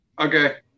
Okay